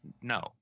no